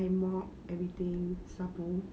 I mop everything sapu